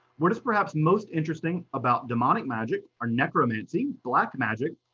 what is perhaps most interesting about demonic magic, or necromancy, black magic,